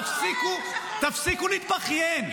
תפסיקו להתבכיין.